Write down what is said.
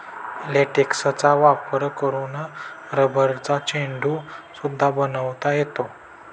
लेटेक्सचा वापर करून रबरचा चेंडू सुद्धा बनवता येतो